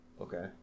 Okay